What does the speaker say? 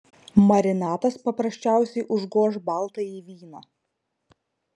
marinatas paprasčiausiai užgoš baltąjį vyną